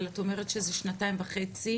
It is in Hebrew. אבל את אומרת שזה שנתיים וחצי,